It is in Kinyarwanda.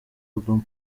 obama